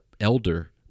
elder